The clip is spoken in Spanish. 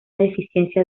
deficiencia